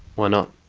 why not?